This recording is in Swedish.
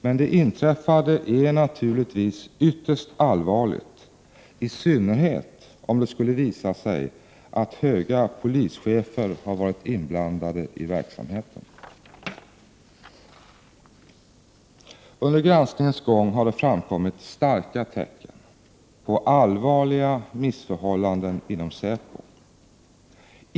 Men det inträffade är naturligtvis ytterst allvarligt — i synnerhet om det skulle visa sig att höga polischefer har varit inblandade i verksamheten. Under granskningens gång har det framkommit starka tecken på allvarliga missförhållanden inom säpo.